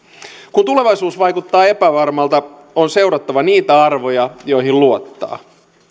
kun tulevaisuus vaikuttaa epävarmalta on seurattava niitä arvoja joihin luottaa